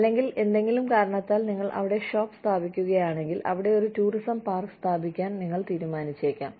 അല്ലെങ്കിൽ എന്തെങ്കിലും കാരണത്താൽ നിങ്ങൾ അവിടെ ഷോപ്പ് സ്ഥാപിക്കുകയാണെങ്കിൽ അവിടെ ഒരു ടൂറിസ്റ്റ് പാർക്ക് സ്ഥാപിക്കാൻ നിങ്ങൾ തീരുമാനിച്ചേക്കാം